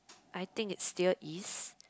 I think it still is